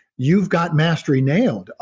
you've got mastery nailed.